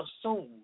assume